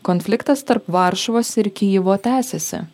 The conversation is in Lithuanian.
konfliktas tarp varšuvos ir kijevo tęsiasi